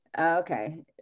Okay